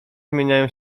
zmieniają